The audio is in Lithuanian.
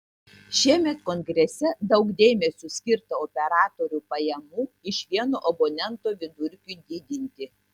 šiemet kongrese daug dėmesio skirta operatorių pajamų iš vieno abonento vidurkiui didinti